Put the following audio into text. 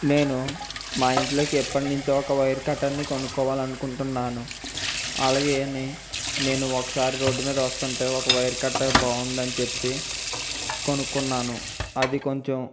నేను మా ఇంట్లోకి ఎప్పటి నుంచో ఒక వైర్ కట్టర్ని కొనుక్కోవాలని అకుంటున్నాను అలాగని నేను ఒకసారి రోడ్డు మీద వస్తుంటే ఒక వైర్ కట్టర్ బాగుందని చెప్పి కొనుక్కున్నాను అది కొంచం